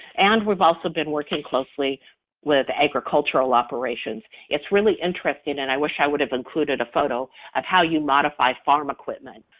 and we've also been working closely with agricultural operations. it's really interesting and i wish i would have included a photo of how you modify farm equipment,